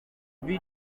bari